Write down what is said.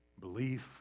Belief